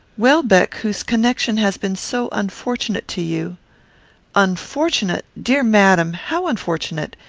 welbeck, whose connection has been so unfortunate to you unfortunate! dear madam! how unfortunate?